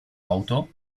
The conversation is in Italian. auto